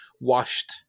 washed